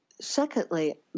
Secondly